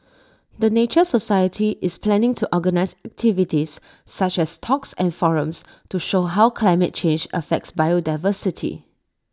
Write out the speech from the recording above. the nature society is planning to organise activities such as talks and forums to show how climate change affects biodiversity